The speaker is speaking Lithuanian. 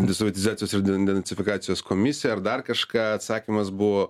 desovietizacijos ir denacifikacijos komisija ar dar kažką atsakymas buvo